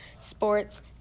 sports